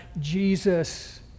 Jesus